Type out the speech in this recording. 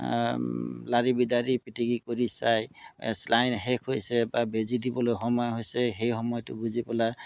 লাৰি বিদাৰি পিটিকি কৰি চাই চেলাইন শেষ হৈছে বা বেজি দিবলৈ সময় হৈছে সেই সময়টো বুজি পেলাই